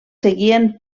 seguien